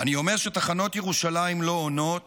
אני אומר שתחנות ירושלים לא עונות